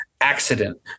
accident